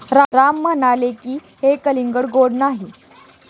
राम म्हणाले की, हे कलिंगड गोड नाही